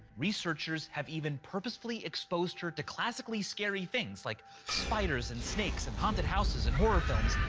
researchers have even purposefully exposed her to classically scary things, like spiders and snakes and haunted houses and horror films,